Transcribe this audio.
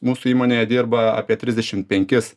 mūsų įmonėje dirba apie trisdešim penkis